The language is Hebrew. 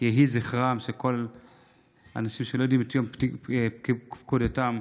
מלחמות שאנשים לא יודעים את יום הפקודה שלהם.